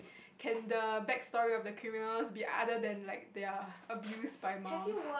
can the back story of the criminals be other than like they are abused by moms